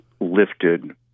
lifted